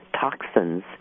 toxins